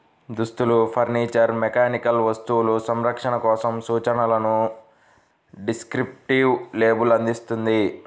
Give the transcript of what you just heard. దుస్తులు, furniture, mechanical వస్తువులు, సంరక్షణ కోసం సూచనలను డిస్క్రిప్టివ్ లేబుల్ అందిస్తుంది